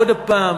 עוד פעם,